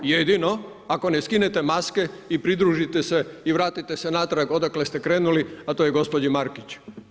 Jedino ako ne skinete maske i pridružite se i vratite se natrag odakle ste krenuli a to je gospođi Markić.